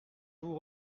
vous